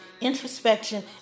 introspection